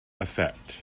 effect